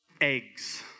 Eggs